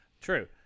True